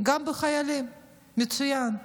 גם בחיילים, מצוין.